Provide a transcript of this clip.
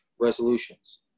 resolutions